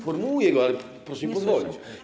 Formułuję go, ale proszę mi pozwolić.